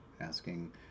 asking